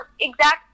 exact